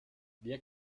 wer